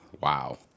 Wow